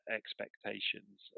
expectations